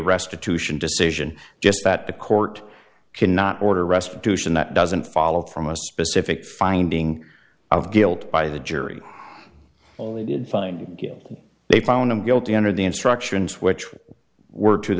restitution decision just that the court cannot order restitution that doesn't follow from a specific finding of guilt by the jury only did find they found him guilty under the instructions which w